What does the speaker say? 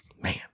man